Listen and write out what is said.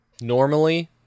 normally